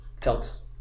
felt